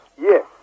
Yes